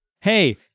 Hey